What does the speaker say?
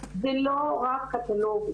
זה לא רק קטלוג,